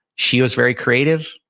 she was very creative.